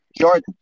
Jordan